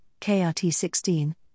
KRT16